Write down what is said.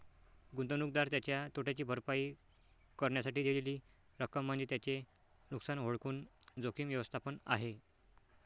गुंतवणूकदार त्याच्या तोट्याची भरपाई करण्यासाठी दिलेली रक्कम म्हणजे त्याचे नुकसान ओळखून जोखीम व्यवस्थापन आहे